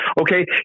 Okay